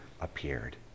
appeared